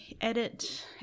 edit